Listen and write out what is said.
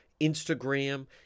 instagram